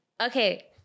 Okay